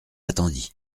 attendit